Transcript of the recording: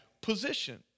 position